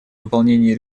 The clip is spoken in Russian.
выполнении